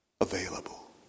available